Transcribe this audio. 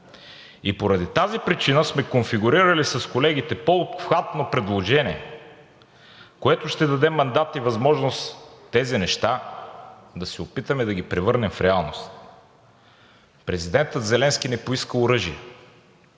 И поради тази причина сме конфигурирали с колегите по-обхватно предложение, което ще даде мандат и възможност тези неща да се опитаме да ги превърнем в реалност. Президентът Зеленски не поиска оръжие